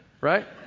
right